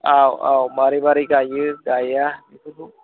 औ औ मारै मारै गायो गाया बेफोरखौ